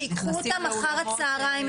שייקחו אותם אחר הצהריים,